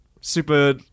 super